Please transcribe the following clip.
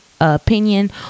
opinion